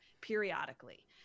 periodically